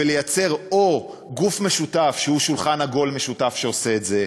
ולייצר או גוף משותף שהוא שולחן עגול משותף שעושה את זה,